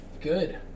good